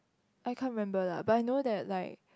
I can't remember lah but I know that like